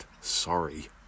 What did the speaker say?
Sorry